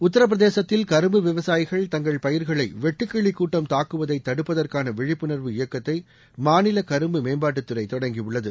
உத்திரபிரசேதத்தில் கரும்பு விவசாயிகள் தங்கள் பயிர்களை வெட்டுக்கிளி கூட்டம் தாக்குவதை தடுப்பதற்கான விழிப்புணர்வு இயக்கத்தை மாநில கரும்பு மேம்பாட்டுத்துறை தொடங்கியுள்ளது